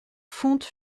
fontes